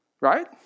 right